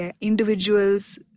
individuals